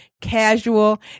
casual